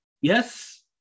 Yes